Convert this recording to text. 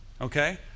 Okay